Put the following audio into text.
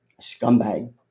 Scumbag